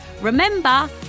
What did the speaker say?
Remember